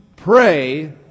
Pray